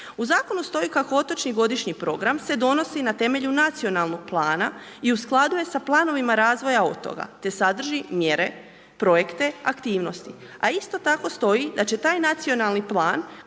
U Zakonu stoji kako otočni godišnji program se donosi na temelju nacionalnog plana i u skladu je sa planovima razvoja otoka te sadrži mjere, projekte, aktivnosti, a isto tako stoji da će nacionalni plan